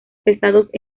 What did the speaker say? pesados